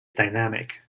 dynamic